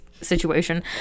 situation